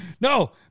No